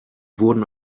wurden